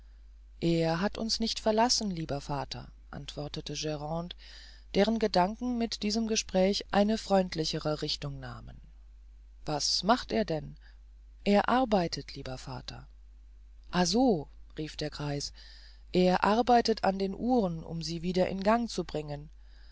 er hat uns nicht verlassen lieber vater antwortete grande deren gedanken mit diesem gespräch eine freundlichere richtung nahmen was macht er denn er arbeitet lieber vater ah so rief der greis er arbeitet an den uhren um sie wieder in gang zu bringen